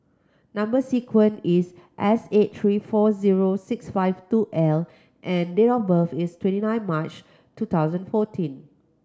number sequence is S eight three four zero six five two L and date of birth is twenty nine March two thousand fourteen